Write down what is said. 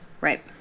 Right